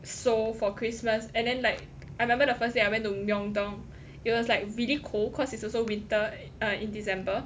Seoul for christmas and then like I remember the first thing I went to Myeong-Dong it was like really cold cause it's also winter err in december